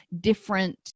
different